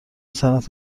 صنعت